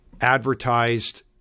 advertised